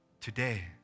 Today